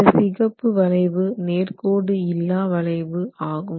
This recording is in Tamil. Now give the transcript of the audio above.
இந்த சிகப்பு வளைவு நேர்க்கோடு இல்லா வளைவு ஆகும்